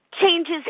changes